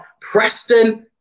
Preston